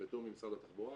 בתיאום עם משרד התחבורה,